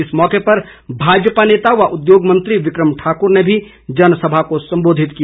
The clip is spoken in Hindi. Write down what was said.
इस मौके भाजपा नेता व उद्योग मंत्री बिकम ठाकुर ने भी जनसभा को संबोधित किया